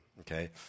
okay